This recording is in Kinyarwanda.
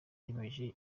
yemeje